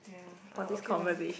ya uh okay lah